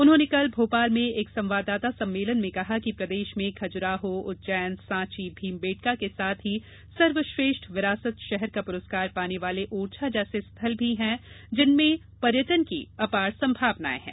उन्होंने कल भोपाल में एक संवाददाता सम्मेलन में कहा कि प्रदेश में खजुराहो उज्जैन सांची भीमबेटका के साथ ही सर्वश्रेष्ठ विरासत शहर का पुरस्कार पाने वाले ओरछा जैसे पर्यटन स्थल भी हैं जिनमें पर्यटन की अपार संभावनाएं हैं